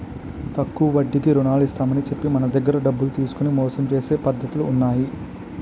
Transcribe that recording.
తక్కువ వడ్డీకి రుణాలు ఇస్తామని చెప్పి మన దగ్గర డబ్బులు తీసుకొని మోసం చేసే పద్ధతులు ఉన్నాయి